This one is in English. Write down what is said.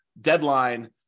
deadline